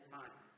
time